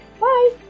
Bye